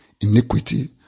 iniquity